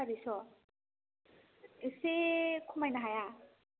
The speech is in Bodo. सारिस' एसे खमायनो हाया